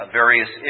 various